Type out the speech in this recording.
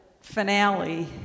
finale